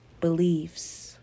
beliefs